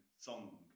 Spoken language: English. song